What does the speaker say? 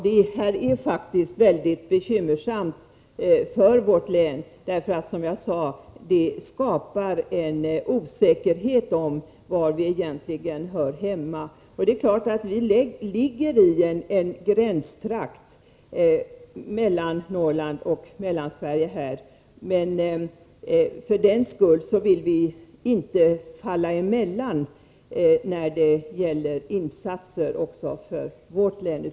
Detta är faktiskt mycket bekymmersamt för vårt län, eftersom det — som jag tidigare sade — skapar en osäkerhet om var länet egentligen hör hemma. Det ligger i en gränstrakt mellan övriga Norrland och Mellansverige, men för den skull vill vi inte att det skall falla mellan stolarna när det gäller insatser som kan beröra också vårt län.